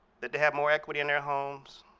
that they have more equity in their homes,